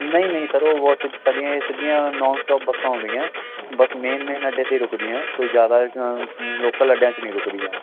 ਨਹੀਂ ਨਹੀਂ ਸਰ ਉਹ ਬਹੁਤ ਸਾਡੀਆਂ ਇਹ ਸਿੱਧੀਆਂ ਨਾਨ ਸਟੋਪ ਬੱਸਾਂ ਆਉਂਦੀਆਂ ਬਸ ਮੇਨ ਮੇਨ ਅੱਡੇ 'ਤੇ ਰੁਕਦੀਆਂ ਕੋਈ ਜ਼ਿਆਦਾ ਲੋਕਲ ਅੱਡਿਆਂ 'ਚ ਨਹੀਂ ਰੁਕਦੀਆਂ